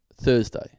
Thursday